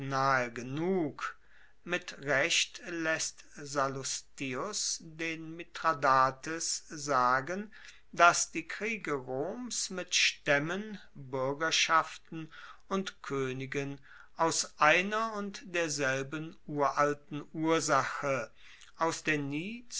genug mit recht laesst sallustius den mithradates sagen dass die kriege roms mit staemmen buergerschaften und koenigen aus einer und derselben uralten ursache aus der